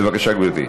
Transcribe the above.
בבקשה, גברתי.